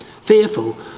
fearful